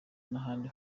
n’ahandi